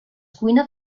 cuina